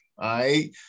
right